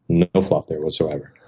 no fluff there whatsoever.